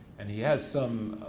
and he has some,